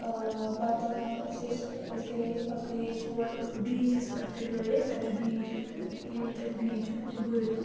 پتہٕ أسۍ ٲسۍ أسۍ گٔیہِ پتہٕ گٔیہِ أسۍ ہور بیٖچس پٮ۪ٹھ تہِ گٔیے أسۍ تتہِ چھُ بیٖچ یِم تہِ یِم تتہِ بیٖچ چھِ تتہِ چھِ بٔڑ تِم